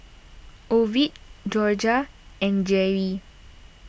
Ovid Jorja and Geri